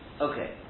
Okay